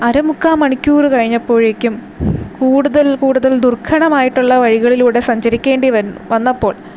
അര മുക്കാൽ മണിക്കൂർ കഴിഞ്ഞപ്പോഴേക്കും കൂടുതൽ കൂടുതൽ ദുർഘടമായിട്ടുള്ള വഴികളിലൂടെ സഞ്ചരിക്കേണ്ടി വന്നപ്പോൾ